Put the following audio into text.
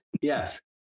Yes